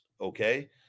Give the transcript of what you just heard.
Okay